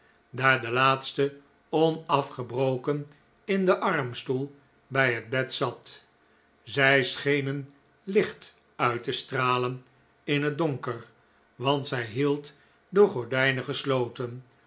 daar de laatste onafgebroken in den armstoel bij het bed zat zij schenen licht uit te stralen in het donker want zij hield de